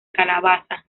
calabaza